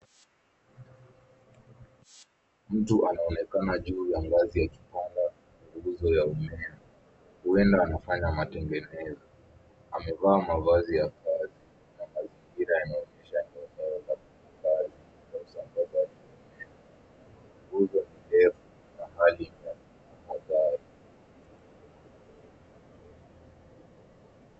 Mtu anaonekana juu ya ngazi ya kipande kwenye nguzo ya umeme. Huenda anafanya matengenezo. Amevaa mavazi ya kazi na mazingira yanaonyesha ni eneo la kazi na usambazaji wa uguzo ndefu na mahali ni hatari.